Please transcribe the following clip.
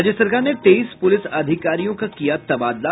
राज्य सरकार ने तेईस पुलिस अधिकारियों का किया तबादला